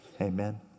Amen